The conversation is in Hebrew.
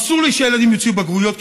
אסור לי שהילדים יוציאו בגרויות,